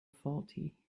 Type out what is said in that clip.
faulty